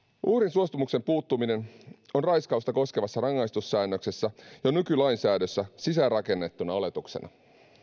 suostumuksen puuttuminen on raiskausta koskevassa rangaistussäännöksessä jo nykylainsäädössä sisäänrakennettuna oletuksena